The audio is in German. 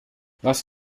was